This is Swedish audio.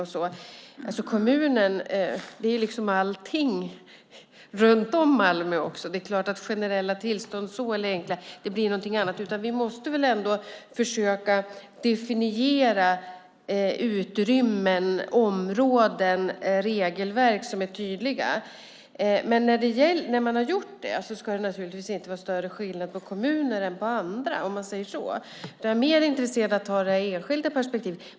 Men när det gäller kommunen handlar det om allting, också runt Malmö. Det blir någonting annat när man pratar om generella tillstånd där. Vi måste försöka definiera utrymmen, områden och regelverk som är tydliga. Men när man har gjort det ska det inte vara någon större skillnad mellan kommuner och andra. Jag är mer intresserad av att ta upp det enskilda perspektivet.